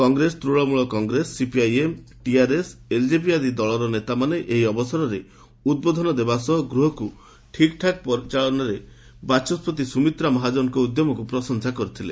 Congress Trinamool Congress CPIM TRS LJP ଆଦି ଦଳର ନେତାମାନେ ଏହି ଅବସରରେ ଉଦ୍ବୋଧନ ଦେବା ସହ ଗୃହକୁ ଠିକ୍ଠାକ୍ ଚଳାଇବାରେ ବାଚସ୍କତି ସୁମିତ୍ରା ମହାଚ୍ଚନଙ୍କ ଉଦ୍ୟମକୁ ପ୍ରଶଂସା କରିଥିଲେ